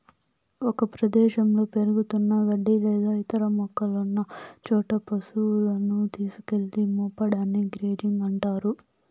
ఒక ప్రదేశంలో పెరుగుతున్న గడ్డి లేదా ఇతర మొక్కలున్న చోట పసువులను తీసుకెళ్ళి మేపడాన్ని గ్రేజింగ్ అంటారు